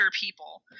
people